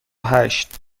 هشت